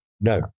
no